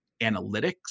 analytics